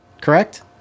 correct